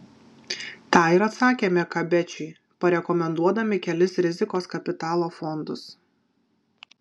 tą ir atsakėme kabečiui parekomenduodami kelis rizikos kapitalo fondus